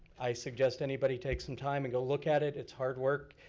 i suggest anybody take some time and go look at it, it's hard work,